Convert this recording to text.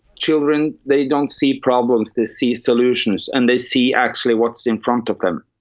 children, they don't see problems. they see solutions and they see actually what's in front of them